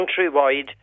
countrywide